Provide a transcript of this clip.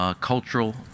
cultural